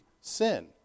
sin